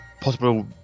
possible